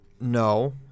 No